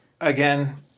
again